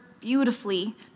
beautifully